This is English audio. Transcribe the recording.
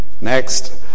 next